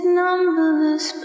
numberless